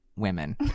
women